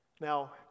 Now